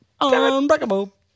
unbreakable